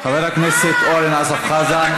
די,